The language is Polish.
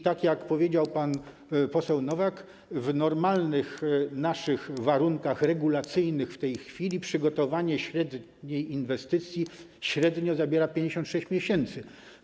Tak jak powiedział pan poseł Nowak, w normalnych warunkach regulacyjnych w tej chwili przygotowanie średniej inwestycji zabiera przeciętnie 56 miesięcy.